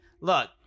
look